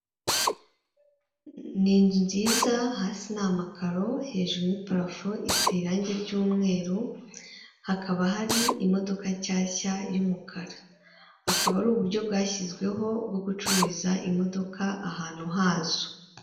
Umuhanda urimo imodoka zitari nyinshi iy'umutuku inyuma, imbere hari izindi n'amamoto hepfo tukabona urukamyo runini cyane bisa nk'aho ari rwarundi ruterura izindi, mu muhanda tukabonamo icyapa kiriho umweru tukabonamo amapoto rwose y'amatara amurikira umuhanda.